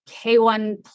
K1